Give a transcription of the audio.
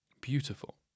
Beautiful